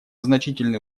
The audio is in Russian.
значительные